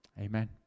Amen